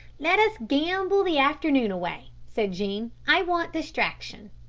let us gamble the afternoon away, said jean. i want distraction.